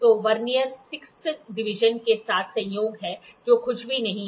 तो vernier 6 th division के साथ संयोग है जो कुछ भी नहीं है